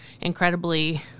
incredibly